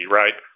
right